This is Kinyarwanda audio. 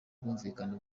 ubwumvikane